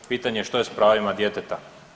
Pitanje je što je s pravima djeteta?